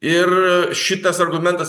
ir šitas argumentas